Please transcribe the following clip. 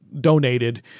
donated